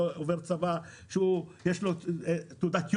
צבא עם תעודת יושר.